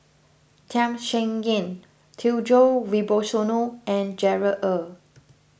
Tham Sien Yen Djoko Wibisono and Gerard Ee